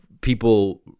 people